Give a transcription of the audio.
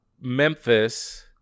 Memphis